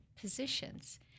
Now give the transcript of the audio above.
positions